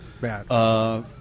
Bad